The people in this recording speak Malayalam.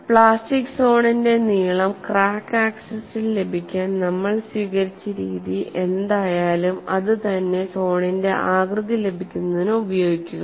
പ്ലാസ്റ്റിക് സോണിന്റെ നീളം ക്രാക്ക് ആക്സിസിൽ ലഭിക്കാൻ നമ്മൾ സ്വീകരിച്ച രീതി എന്തായാലുംഅത് തന്നെ സോണിന്റെ ആകൃതി ലഭിക്കുന്നതിന് ഉപയോഗിക്കുക